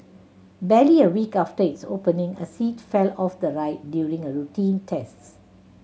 barely a week after its opening a seat fell off the ride during a routine tests